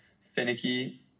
finicky